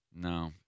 No